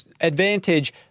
advantage